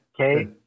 Okay